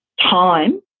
time